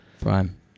prime